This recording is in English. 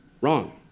wrong